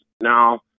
now